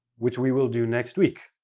which we will do next week.